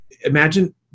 Imagine